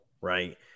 right